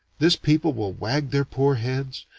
this people will wag their poor heads,